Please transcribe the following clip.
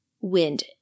wind